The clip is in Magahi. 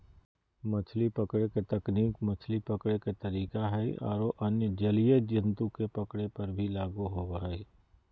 मछली पकड़े के तकनीक मछली पकड़े के तरीका हई आरो अन्य जलीय जंतु के पकड़े पर भी लागू होवअ हई